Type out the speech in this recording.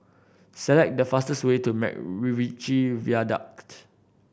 select the fastest way to MacRitchie Viaduct